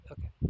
Okay